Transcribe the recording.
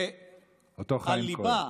אותו חיים כהן.